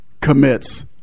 commits